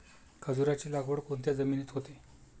खजूराची लागवड कोणत्या जमिनीत होते?